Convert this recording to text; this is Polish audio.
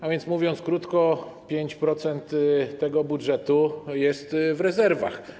A więc mówiąc krótko, 5% tego budżetu jest w rezerwach.